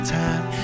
time